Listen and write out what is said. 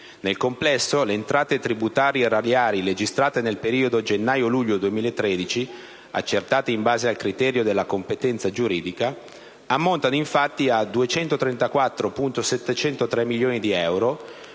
Nel complesso, le entrate tributarie erariali registrate nel periodo gennaio-luglio 2013, accertate in base al criterio della competenza giuridica, ammontano infatti a 234.703 milioni di euro